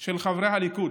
של חברי הליכוד